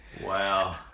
Wow